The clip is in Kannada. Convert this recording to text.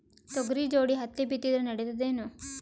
ತೊಗರಿ ಜೋಡಿ ಹತ್ತಿ ಬಿತ್ತಿದ್ರ ನಡಿತದೇನು?